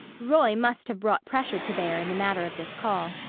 roy must have brought pressure to bear in the matter of this call.